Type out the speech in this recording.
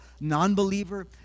non-believer